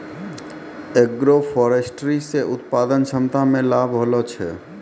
agroforestry से उत्पादन क्षमता मे लाभ होलो छै